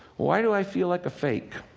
why do i feel like a fake?